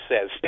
says